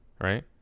right